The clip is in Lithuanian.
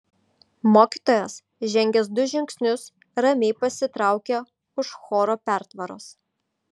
mokytojas žengęs du žingsnius ramiai pasitraukė už choro pertvaros